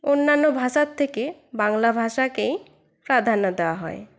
অন্যান্য ভাষার থেকে বাংলা ভাষাকেই প্রাধান্য দেওয়া হয়